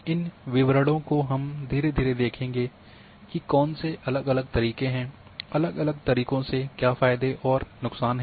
इन विवरणों को हम धीरे धीरे देखेंगे कि कौन से अलग अलग तरीक़े हैं अलग अलग तरीकों से क्या फायदे और नुकसान हैं